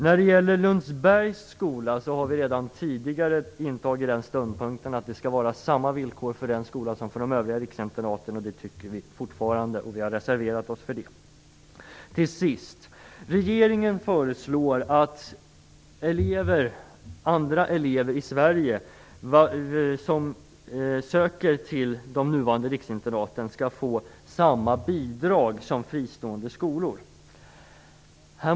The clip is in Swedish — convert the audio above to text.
När det gäller Lundsbergs skola har vi redan tidigare intagit den ståndpunkten att samma villkor skall gälla för den skolan som för de övriga riksinternaten. Det tycker vi fortfarande, och vi har reserverat oss för det. Till sist: Regeringen föreslår att andra elever i Sverige som söker till de nuvarande riksinternaten skall få samma bidrag som fristående skolor.